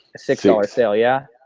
six dollars ah yeah.